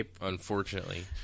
unfortunately